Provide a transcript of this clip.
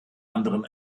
anderen